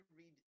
read